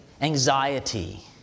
anxiety